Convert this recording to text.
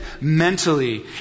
mentally